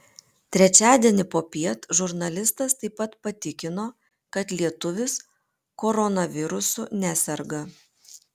trečiadienį popiet žurnalistas taip pat patikino kad lietuvis koronavirusu neserga